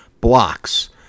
blocks